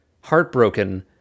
heartbroken